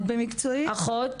אחות